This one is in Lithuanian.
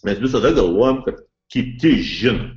mes visada galvojam kad kiti žino